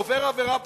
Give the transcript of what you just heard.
עובר עבירה פלילית.